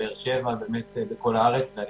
באר-שבע ובאמת בכל הארץ ואני